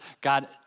God